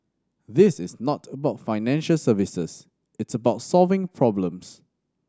this is not about financial services it's about solving problems